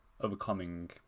overcoming